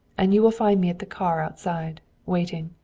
and you will find me at the car outside, waiting.